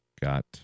Got